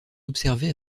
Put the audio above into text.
observés